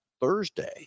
Thursday